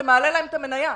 זה מעלה להם את המנייה.